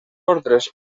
ordres